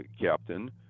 captain